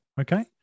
okay